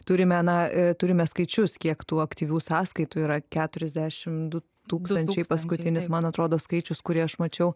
turime na e turime skaičius kiek tų aktyvių sąskaitų yra keturiasdešim du tūkstančiai paskutinis man atrodo skaičius kurį aš mačiau